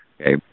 Okay